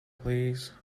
please